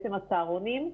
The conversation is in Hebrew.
הצהרונים,